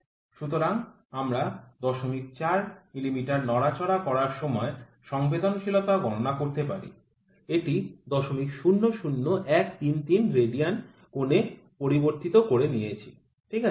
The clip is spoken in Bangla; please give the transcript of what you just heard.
সুতরাং আমরা ০৪ মিমি নড়াচড়া করার সময় সংবেদনশীলতা গণনা করতে পারি এটি ০০০১৩৩ রেডিয়ান কোণে পরিবর্তিত করে নিয়েছি ঠিক আছে